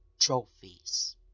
trophies